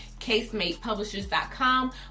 Casematepublishers.com